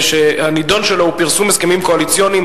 שהנדון שלו הוא "פרסום הסכמים קואליציוניים